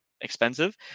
expensive